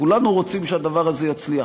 כולנו רוצים שהדבר הזה יצליח,